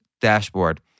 dashboard